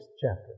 chapter